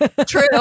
True